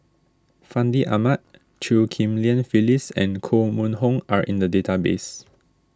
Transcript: Fandi Ahmad Chew Ghim Lian Phyllis and Koh Mun Hong are in the database